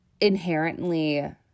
inherently